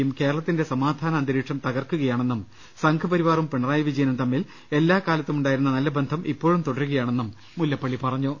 യും കേരളത്തിന്റെ സമാധാന അന്തരീക്ഷം തകർക്കുകയാണെന്നും സംഘപരിവാറും പിണറായിവിജയനും തമ്മിൽ എല്ലാ കാല്പത്തുമുണ്ടായിരുന്ന നല്ലബന്ധം ഇപ്പോഴും തുടരുകയാണെന്നും മുല്ലപ്പള്ളി പറഞ്ഞു